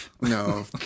No